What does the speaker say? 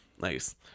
Nice